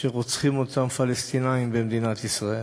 שרוצחים אותם פלסטינים במדינת ישראל.